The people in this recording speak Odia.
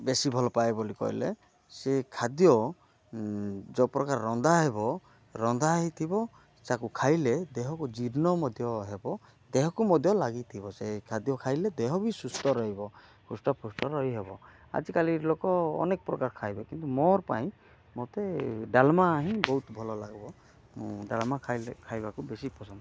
ବେଶୀ ଭଲପାଏ ବୋଲି କହିଲେ ସେ ଖାଦ୍ୟ ଯେଉଁ ପ୍ରକାର ରନ୍ଧା ହେବ ରନ୍ଧା ହୋଇଥିବ ତାକୁ ଖାଇଲେ ଦେହକୁ ଜୀର୍ଣ୍ଣ ମଧ୍ୟ ହେବ ଦେହକୁ ମଧ୍ୟ ଲାଗିଥିବ ସେ ଖାଦ୍ୟ ଖାଇଲେ ଦେହ ବି ସୁସ୍ଥ ରହିବ ହୃଷ୍ଟପୃଷ୍ଟ ରହିହେବ ଆଜିକାଲି ଲୋକ ଅନେକ ପ୍ରକାର ଖାଇବେ କିନ୍ତୁ ମୋର ପାଇଁ ମୋତେ ଡ଼ାଲମା ହିଁ ବହୁତ ଭଲ ଲାଗିବ ମୁଁ ଡ଼ାଲମା ଖାଇଲେ ଖାଇବାକୁ ବେଶୀ ପସନ୍ଦକରେ